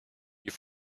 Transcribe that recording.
you